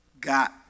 Got